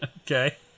Okay